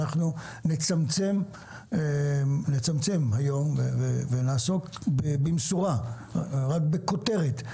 אנחנו נצמצם היום ונעסוק במשורה, רק בכותרת,